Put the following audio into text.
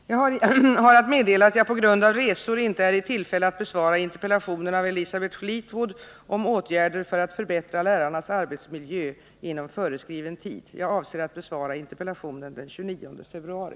Herr talman! Jag har att meddela att jag på grund av resor inte är i tillfälle att inom föreskriven tid besvara interpellationen av Elisabeth Fleetwood om åtgärder för att förbättra lärarnas arbetsmiljö. Jag avser att besvara interpellationen den 29 februari.